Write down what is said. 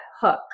hook